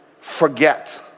forget